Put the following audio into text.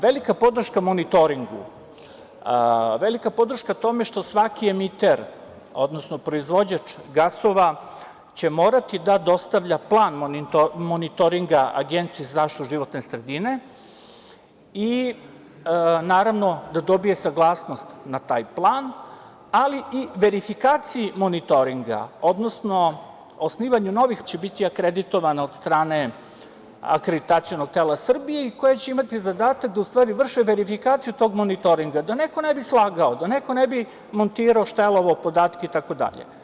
Velika podrška monitoringu, velika podrška tome što svaki emiter, odnosno proizvođač gasova će morati da dostavlja plan monitoringa Agenciji za zaštitu životne sredine i naravno da dobije saglasnost na taj plan, ali i verifikaciji monitoringa, odnosno osnivanju novih pravnih lica koja će biti akreditovana od strane akreditacionog tela Srbije, koje će imati zadatak da u stvari vrše verifikaciju tog monitoringa, da neko ne bi slagao, da neko ne bi montirao, štelovao podatke itd.